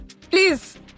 Please